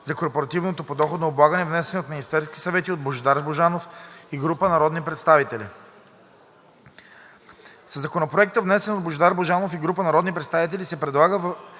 за корпоративното подоходно облагане, внесени от Министерския съвет и от Божидар Божанов и група народни представители. Със Законопроекта, внесен от Божидар Божанов и група народни представители, се предлага